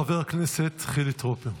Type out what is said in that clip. חבר הכנסת חילי טרופר,